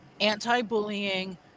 anti-bullying